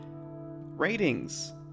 ratings